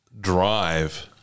drive